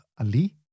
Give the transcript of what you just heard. ali